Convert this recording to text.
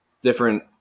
different